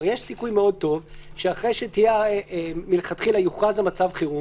הרי יש סיכוי טוב מאוד שמלכתחילה יוכרז מצב החירום,